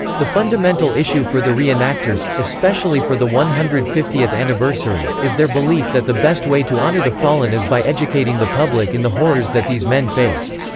the fundamental issue for the re-enactors, especially for the one hundred and fiftieth anniversary, is their belief that the best way to honor the fallen is by educating the public in the horrors that these men faced.